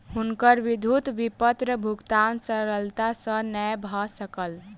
हुनकर विद्युत विपत्र भुगतान सरलता सॅ नै भ सकल